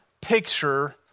picture